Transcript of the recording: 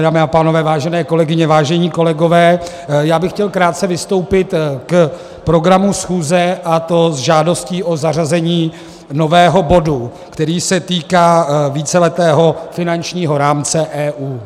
Dámy a pánové, vážené kolegyně, vážení kolegové, já bych chtěl krátce vystoupit k programu schůze, a to s žádostí o zařazení nového bodu, který se týká víceletého finančního rámce EU.